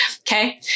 Okay